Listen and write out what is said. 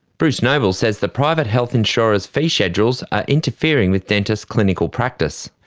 bruce noble says the private health insurers' fee schedules are interfering with dentists' clinical practice.